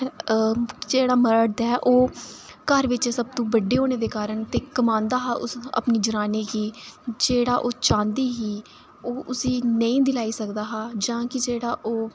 जेह्ड़ा मर्द ऐ ओह् घर बिच्च सब तूं बड्डे होने दे कारण ते कमांदा हा अपनी जनानी गी जेह्ड़ा ओह् चाहंदी ही ओह् उसी नेईं दिलाई सकदा हा जां कि ओह्